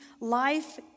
life